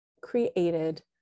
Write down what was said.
created